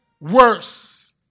worse